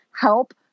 help